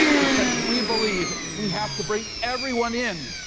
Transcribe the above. because we believe we have to bring everyone in.